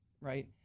Right